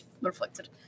reflected